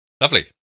Lovely